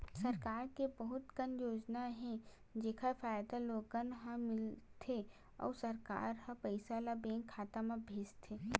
सरकार के बहुत कन योजना हे जेखर फायदा लोगन ल मिलथे अउ सरकार ह पइसा ल बेंक खाता म भेजथे